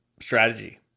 strategy